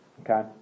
Okay